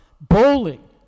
bowling